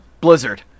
blizzard